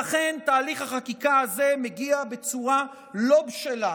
לכן תהליך החקיקה הזה מגיע בצורה לא בשלה,